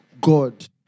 God